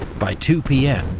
by two pm,